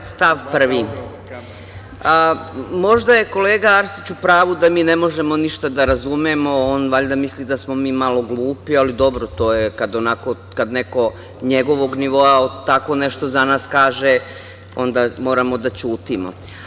Član 27. stav 1. Možda je kolega Arsić u pravu da mi ne možemo ništa da razumemo, on valjda misli da smo mi malo glupi, ali, dobro, kad neko njegovog nivoa tako nešto za nas kaže, onda moramo da ćutimo.